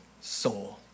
soul